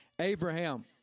Abraham